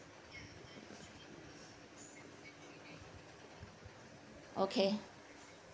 okay